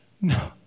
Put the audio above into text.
No